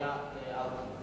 יספרו לנו סיפורים.